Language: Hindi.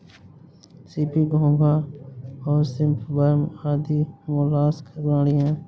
सीपी, घोंगा और श्रिम्प वर्म आदि मौलास्क प्राणी हैं